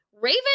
Raven